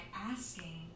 asking